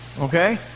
Okay